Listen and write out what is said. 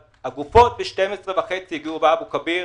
הגופות ב-12:30 הגיעו לאבו כביר